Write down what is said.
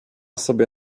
sobie